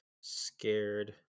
Scared